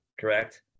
correct